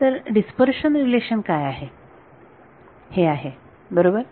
तर dispersion relation काय आहे हे आहे बरोबर